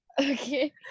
Okay